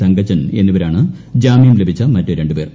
തങ്കച്ചൻ എന്നിവരാണ് ജാമ്യം ലഭിച്ച മറ്റ് രണ്ട് പേർ